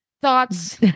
Thoughts